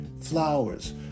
Flowers